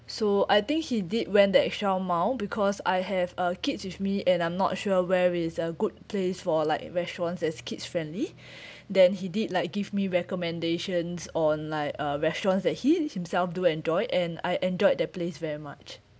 so I think he did went the extra mile because I have uh kids with me and I'm not sure where is a good place for like restaurants as kids friendly then he did like give me recommendations on like uh restaurants that he himself do enjoy and I enjoyed that place very much